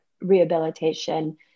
rehabilitation